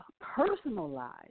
personalized